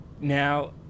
Now